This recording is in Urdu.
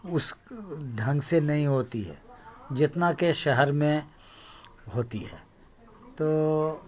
اس ڈھنگ سے نہیں ہوتی ہے جتنا کہ شہر میں ہوتی ہے تو